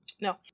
No